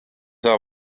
saa